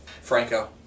Franco